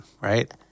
right